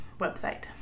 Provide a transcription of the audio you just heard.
website